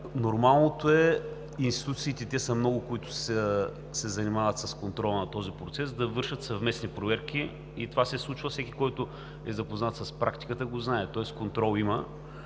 Нормалното е институциите, които се занимават с контрола на този процес, да извършат съвместни проверки и това се случва. Всеки, който е запознат с практиката, го знае, тоест има